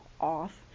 off